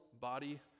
body